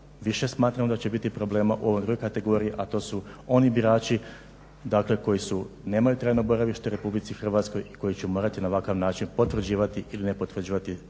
više smatramo da će biti problema u ovoj drugoj kategoriji a to su oni birači koji nemaju trajno boravište u RH i koji će morati na ovakav način potvrđivati ili ne potvrđivati